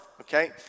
okay